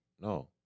no